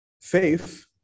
faith